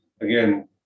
again